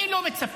אני לא מצפה,